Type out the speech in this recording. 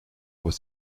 voit